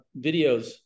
videos